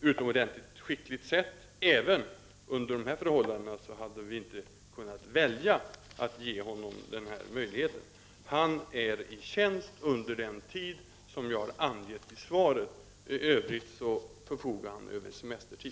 utomordenligt skickligt sätt även under dessa förhållanden, hade vi inte valt att ge honom den här möjligheten. Han är i tjänst under den tid som jag har angett i svaret, och i övrigt förfogar han över semestertid.